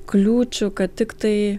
kliūčių kad tiktai